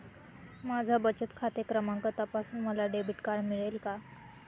माझा बचत खाते क्रमांक तपासून मला डेबिट कार्ड मिळेल का?